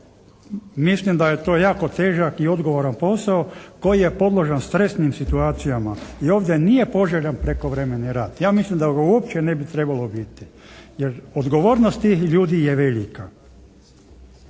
mislim da je jako težak i odgovoran posao koji je podložan stresnim situacijama i ovdje nije poželjan prekovremeni rad. Ja mislim da ga uopće ne bi trebalo biti jer odgovornost tih ljudi je velika.